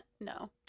No